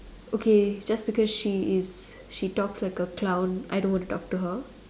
okay just because she is she talks like a clown I don't want to talk to her